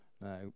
Now